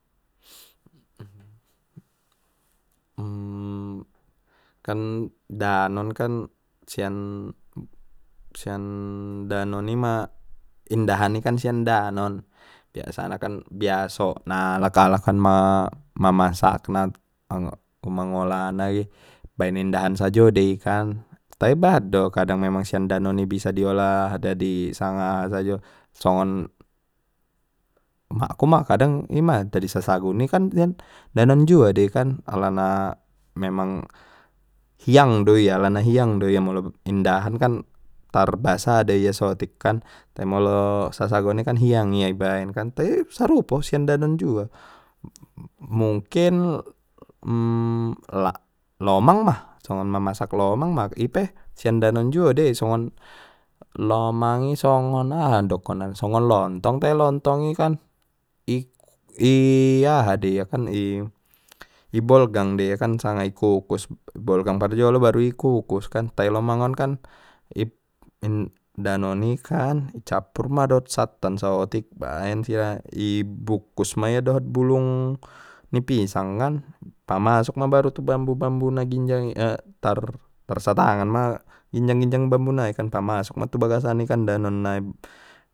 Kan danon kan sian-sian danon ima indahan i kan sian danon biasanakan biasona alak alak kan ma masak na mangolah na baen indahan sajo dei tai bahat do kadang memang sian danon i bisa di olah sanga dadi aha sajo songon, umakku ma kadang ima jadi sasagun i kan sian danon juo dei kan alana memang hiang do ia alana hiang do ia molo indahan kan tarbasah de ia sotik kan tai molo sasagun i kan hiang ia i baen kan tai sarupo sian danon juo mu-mu-mungkin la-lomang ma songon mamasak lomang ma ipe siang danon juo dei songon lomang i songon aha dokonan songon lontong tai lontong i kan i aha dei ia kan i bolgang de ia kan sanga i kukus bolgang parjolo baru ikukus kan tai lomang on kan danon i kan i cappur ma dot sattan saotik baen sira i bukkus ma ia dohot bulung ni pisang kan pamasuk ma baru tu bambu bambu na ginjang i tar satangan ma ginjang ginjang bambu nai kan pamasuk ma tu bagasaan i danon nai.